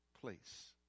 place